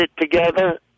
together